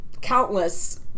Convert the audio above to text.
countless